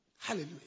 Hallelujah